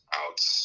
outs